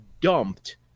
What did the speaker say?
dumped